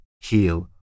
heal